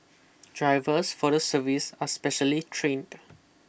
drivers for the service are specially trained